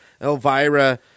Elvira-